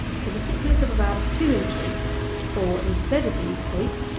to the thickness of about two inches or, instead of these twigs,